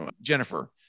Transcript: Jennifer